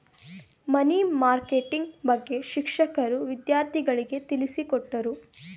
ಮನಿ marketing ಬಗ್ಗೆ ಶಿಕ್ಷಕರು ವಿದ್ಯಾರ್ಥಿಗಳಿಗೆ ತಿಳಿಸಿಕೊಟ್ಟರು